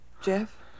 Jeff